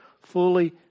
fully